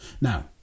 Now